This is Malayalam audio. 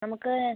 നമുക്ക്